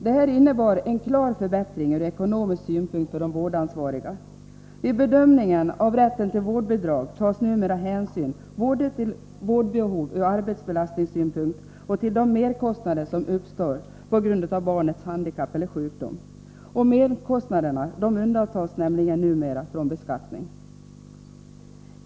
Detta innebar en klar förbättring ur ekonomisk synpunkt för de vårdansvariga. Vid bedömningen av rätten till vårdbidrag tas numera hänsyn både till vårdbehov från arbetsbelastningssynpunkt och till de merkostnader som uppstår på grund av barnets handikapp eller sjukdom. Merkostnaderna undantas nämligen numera från beskattning.